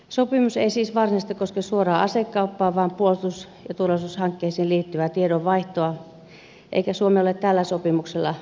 sopimus ei siis varsinaisesti koske suoraan asekauppaa vaan puolustus ja turvallisuushankkeisiin liittyvää tiedonvaihtoa eikä suomi ole tällä sopimuksella myymässä aseita israelille